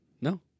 No